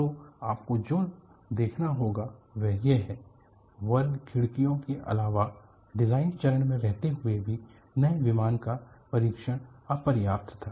तो आपको जो देखना होगा वह ये है वर्ग खिड़कियों के अलावा डिजाइन चरण में रहते हुए भी नए विमान का परीक्षण अपर्याप्त था